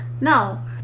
No